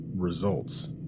Results